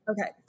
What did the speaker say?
okay